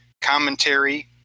commentary